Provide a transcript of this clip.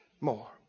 more